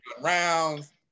rounds